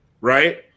right